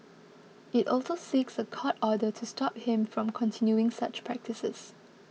it also seeks a court order to stop him from continuing such practices